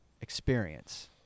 experience